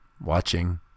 watching